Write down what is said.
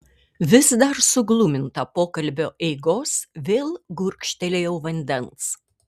vis dar sugluminta pokalbio eigos vėl gurkštelėjau vandens